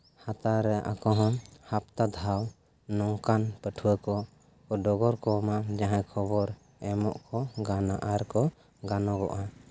ᱦᱟᱛᱟᱣ ᱨᱮ ᱟᱠᱚ ᱦᱚᱸ ᱦᱟᱯᱛᱟ ᱫᱷᱟᱣ ᱱᱚᱝᱠᱟᱱ ᱯᱟᱹᱴᱷᱩᱣᱟᱹ ᱠᱚ ᱰᱚᱜᱚᱨ ᱠᱚ ᱮᱢᱟᱢ ᱡᱟᱦᱟᱸ ᱠᱷᱚᱵᱚᱨ ᱮᱢᱚᱜ ᱠᱚ ᱜᱟᱱᱟ ᱟᱨ ᱠᱚ ᱜᱟᱱᱚᱜᱚᱜᱼᱟ